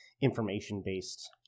information-based